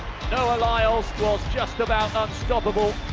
noah lyles was just about ah unstoppable.